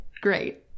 Great